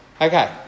Okay